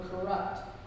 corrupt